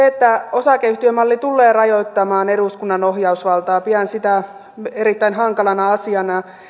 että osakeyhtiömalli tullee rajoittamaan eduskunnan ohjausvaltaa pidän erittäin hankalana asiana